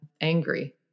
angry